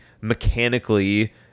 mechanically